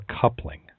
coupling